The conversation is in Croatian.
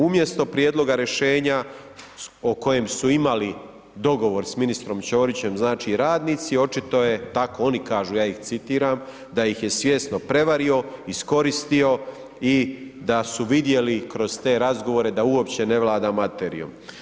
Umjesto prijedloga rješenja o kojem su imali dogovor s ministrom Ćorićem znači radnici, očito je tako oni kažu ja ih citiram, da ih je svjesno prevario, iskoristio i da su vidjeli kroz te razgovore da uopće ne vlada materijom.